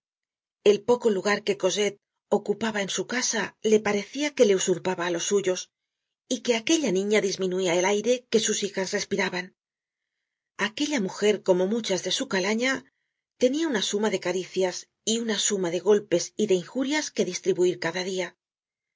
el poco lugar que cosette ocupaba en su casa le parecia que le usurpaba á los suyos y que aquella niña disminuia el aire que sus hijas respiraban aquella mujer como muchas de su calaña tenia una suma de caricias y una suma de golpes y de injurias que distribuir cada dia